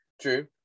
True